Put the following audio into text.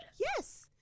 Yes